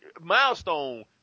milestone